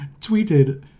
tweeted